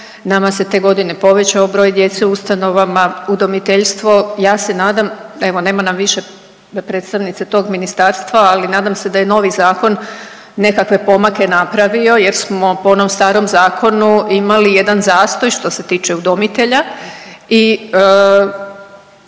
nama se te godine povećao broj djece u ustanovama, udomiteljstvo, ja se nadam, evo nema nam više predstavnice tog ministarstva, ali nadam se da je novi zakon nekakve pomake napravio jer smo po onom starom zakonu imali jedan zastoj što se tiče udomitelja i